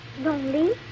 Lonely